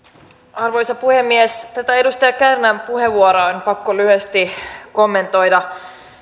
arvoisa puhemies tätä edustaja kärnän puheenvuoroa on pakko lyhyesti kommentoida